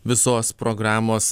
visos programos